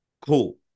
cool